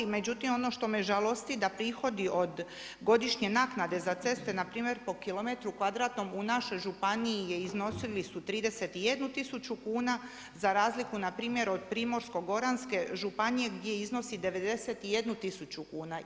Međutim, ono što me žalosti da prihodi od godišnje naknade za ceste npr. po kilometrom kvadratnom u našoj županiji iznosili su 31 tisuću kuna, za razliku npr. od Primorsko-goranske županije gdje iznosi 91 tisuću kuna.